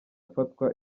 afatwa